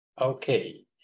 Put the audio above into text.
Okay